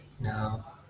Now